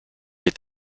est